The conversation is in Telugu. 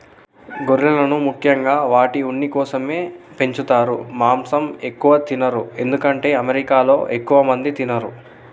గొర్రెలను ముఖ్యంగా వాటి ఉన్ని కోసమే పెంచుతారు మాంసం ఎక్కువ తినరు ఎందుకంటే అమెరికాలో ఎక్కువ మంది తినరు